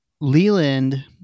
leland